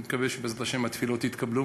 אני מקווה שבעזרת השם התפילות יתקבלו.